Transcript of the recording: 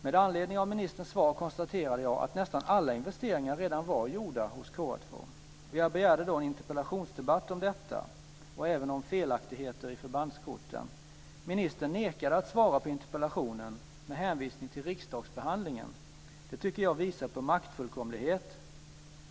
Med anledning av ministerns svar konstaterade jag att nästan alla investeringar redan var gjorda hos KA 2. Jag begärde då en interpellationsdebatt om detta och även om felaktigheter i förbandskorten. Ministern nekade att svara på interpellationen med hänvisning till riksdagsbehandlingen. Det tycker jag visar på maktfullkomlighet.